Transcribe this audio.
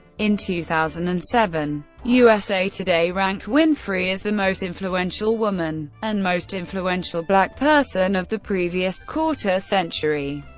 in two thousand and seven, usa today ranked winfrey as the most influential woman and most influential black person of the previous quarter-century.